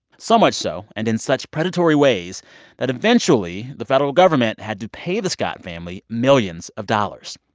so much so and in such predatory ways that eventually the federal government had to pay the scott family millions of dollars.